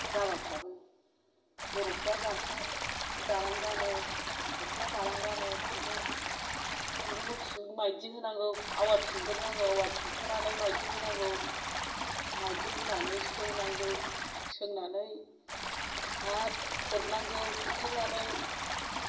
राभाफ्राबो बर'फ्रा गामसा दानानै गानो दखना दानानै गानो खुन्दुंखौ थु मायदि होनांगौ आवा थुनग्रोनांगौ आवा थुनखांनानै मायदि होनांगौ मायदि होनानै सोंनांगौ सोंनानै आरो थोरनांगौ थोरखांनानै